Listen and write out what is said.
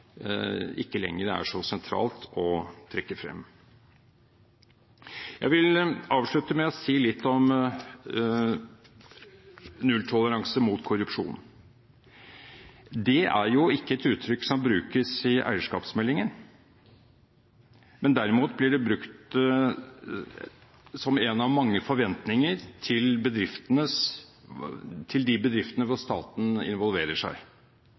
ikke lenger er så sentrale å trekke frem. Jeg vil avslutte med å si litt om nulltoleranse mot korrupsjon. Det er ikke et uttrykk som brukes i eierskapsmeldingen. Det blir derimot brukt som én av mange forventninger til de bedriftene hvor staten involverer seg